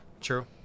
true